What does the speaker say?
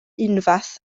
unfath